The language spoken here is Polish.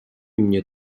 mnie